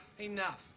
Enough